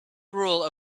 rule